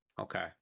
Okay